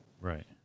Right